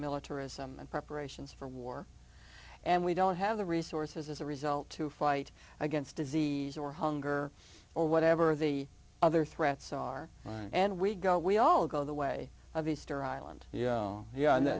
and preparations for war and we don't have the resources as a result to fight against disease or hunger or whatever the other threats are right and we go we all go the way of easter island yeah yeah and